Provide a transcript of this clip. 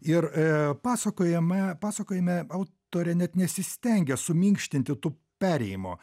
ir a pasakojame pasakojime autorė net nesistengia suminkštinti tų perėjimo